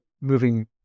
moving